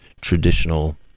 traditional